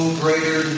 greater